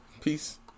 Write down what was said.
Peace